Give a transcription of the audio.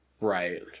Right